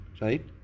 right